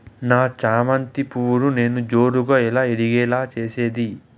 నా చామంతి పువ్వును నేను జోరుగా ఎలా ఇడిగే లో చేసేది?